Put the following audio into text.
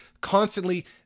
constantly